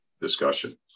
discussion